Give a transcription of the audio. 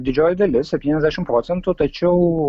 didžioji dalis septyniasdešimt procentų tačiau